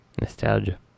Nostalgia